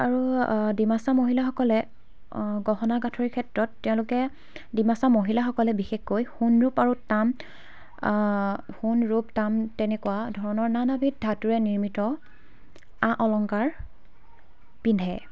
আৰু ডিমাচা মহিলাসকলে গহনা গাঁঠৰিৰ ক্ষেত্ৰত তেওঁলোকে ডিমাচা মহিলাসকলে বিশেষকৈ সোণ ৰূপ আৰু তাম সোণ ৰূপ তাম তেনেকুৱা ধৰণৰ নানবিধ ধাতুৰে নিৰ্মিত আ অলংকাৰ পিন্ধে